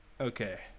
Okay